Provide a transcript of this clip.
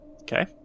Okay